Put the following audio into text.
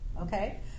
okay